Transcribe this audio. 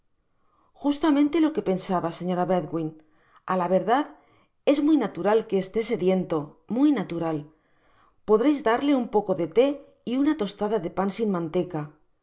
justamente lo que pensaba señora bedwin a la verdad es muy natural que esté sediento muy natural podréis darle un poo de thé y una tostada de pan sin manteca